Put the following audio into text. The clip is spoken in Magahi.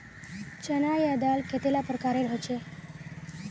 चना या दाल कतेला प्रकारेर होचे?